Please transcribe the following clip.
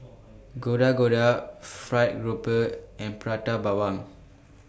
Gado Gado Fried Grouper and Prata Bawang